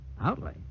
Outlay